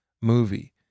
movie